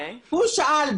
הוא שאל,